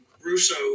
russo